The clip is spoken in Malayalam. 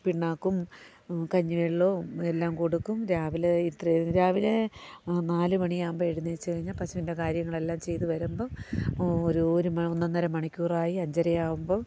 പിണ്ണാക്കും കഞ്ഞിവെള്ളവും എല്ലാം കൊടുക്കും രാവിലെ ഇത്രയും രാവിലെ നാല് മണിയാവുമ്പോള് എഴുന്നേറ്റുകഴിഞ്ഞാല് പശുവിൻ്റെ കാര്യങ്ങളെല്ലാം ചെയ്തുവരുമ്പോള് ഒരു ഒന്നൊന്നര മണിക്കൂറായി അഞ്ചരയാകുമ്പോള്